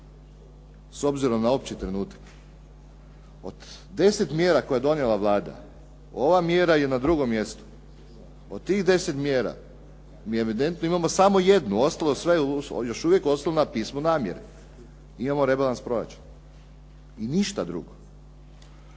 s obzirom na opći trenutak. Od 10 mjera koje je donijela Vlada ova mjera je na drugom mjestu. Od tih 10 mjera mi evidentno imamo samo jednu, ostalo je sve još uvijek …/Govornik se ne razumije./… pismo namjere. Imamo rebalans proračuna i ništa drugo.